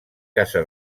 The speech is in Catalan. casa